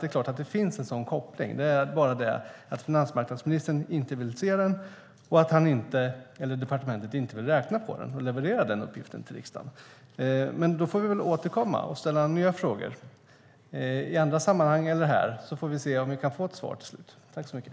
Det är klart att det finns en sådan koppling, men finansmarknadsministern vill inte se den, och departementet vill inte räkna på den och leverera den uppgiften till riksdagen. Vi får väl återkomma och ställa nya frågor i andra sammanhang eller här och se om vi kan få ett svar till slut.